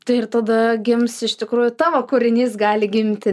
tai ir tada gims iš tikrųjų tavo kūrinys gali gimti